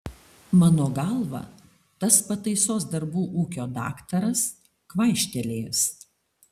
mano galva tas pataisos darbų ūkio daktaras kvaištelėjęs